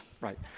right